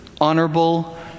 honorable